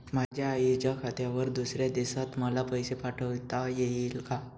माझ्या आईच्या खात्यावर दुसऱ्या देशात मला पैसे पाठविता येतील का?